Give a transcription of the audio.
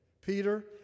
Peter